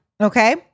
Okay